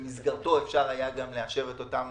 במסגרתו אפשר היה גם לאשר את אותן